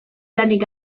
lanik